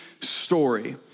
story